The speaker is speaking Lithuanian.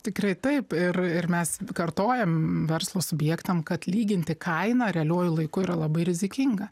tikrai taip ir ir mes kartojam verslo subjektam kad lyginti kainą realiuoju laiku yra labai rizikinga